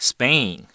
Spain